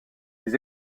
les